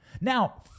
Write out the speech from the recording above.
Now